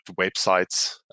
websites